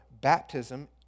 baptism